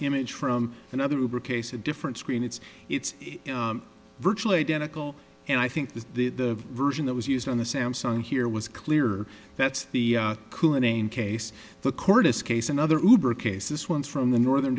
image from another rubric case a different screen it's it's virtually identical and i think the version that was used on the samsung here was clear that's the chua name case the courtis case another case this one's from the northern